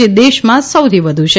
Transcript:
જે દેશમાં સૌથી વધુ છે